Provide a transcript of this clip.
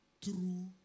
true